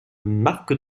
marc